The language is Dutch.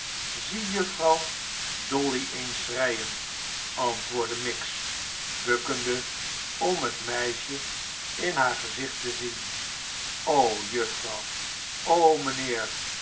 zie juffer dolly eens schreien antwoordde miggs bukkende om het meisje in haar gezicht te zien